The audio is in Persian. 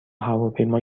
هواپیما